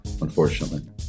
unfortunately